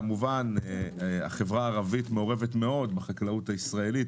כמובן החברה הערבית מעורבת מאוד בחקלאות הישראלית,